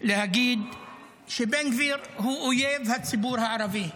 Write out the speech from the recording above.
להגיד שבן גביר הוא אויב הציבור הערבי,